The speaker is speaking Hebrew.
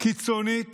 קיצונית